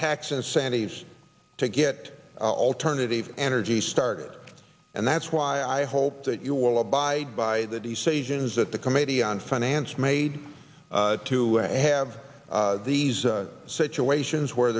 tax incentives to get alternative energy started and that's why i hope that you will abide by the decisions that the committee on finance made to have these situations where